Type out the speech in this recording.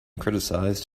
criticized